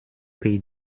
pay